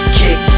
kick